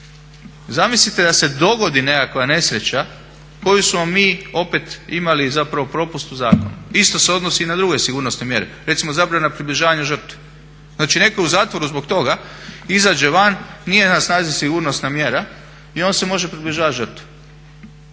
Zamislite da se dogodi nekakva nesreća koju smo mi opet imali zapravo propust u zakonu. Isto se odnosi i na druge sigurnosne mjere. Recimo zabrana približavanja žrtvi. Znači netko je u zatvoru zbog toga, izađe van, nije na snazi sigurnosna mjera i on se može približavati žrtvi.